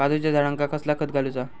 काजूच्या झाडांका कसला खत घालूचा?